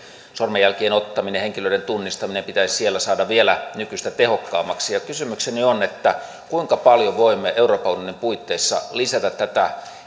sormenjälkien ottaminen henkilöiden tunnistaminen pitäisi siellä saada vielä nykyistä tehokkaammaksi kysymykseni on kuinka paljon voimme euroopan unionin puitteissa lisätä tätä